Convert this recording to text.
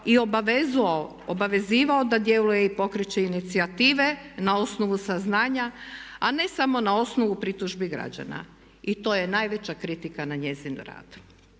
i obavezivao da djeluje i pokreće inicijative na osnovu saznanja a ne samo na osnovu pritužbi građana i to je najveća kritika na njezin rad.